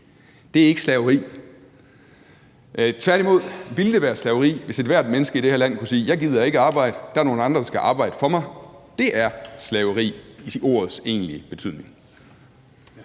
Det er ikke slaveri. Tværtimod ville det være slaveri, hvis ethvert menneske i det her land kunne sige: Jeg gider ikke at arbejde; der er nogle andre, der skal arbejde for mig. Det er slaveri i ordets egentlige betydning.